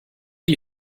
die